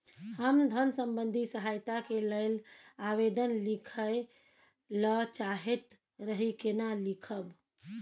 हम धन संबंधी सहायता के लैल आवेदन लिखय ल चाहैत रही केना लिखब?